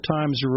Times